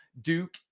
Duke